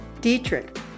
Dietrich